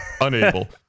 unable